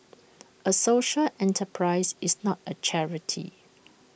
A social enterprise is not A charity